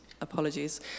apologies